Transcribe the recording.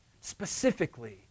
specifically